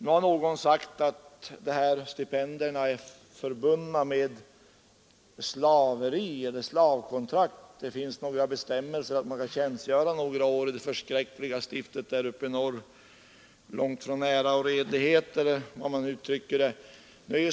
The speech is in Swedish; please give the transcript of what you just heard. Nu har någon sagt att dessa stipendier är förbundna med slavkontrakt — det finns bestämmelser att prästen skall tjänstgöra några år i det förskräckliga stiftet där uppe i norr långt från ära och redlighet, eller hur man uttrycker det.